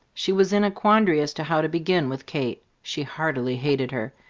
she was in a quandary as to how to begin with kate. she heartily hated her.